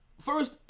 First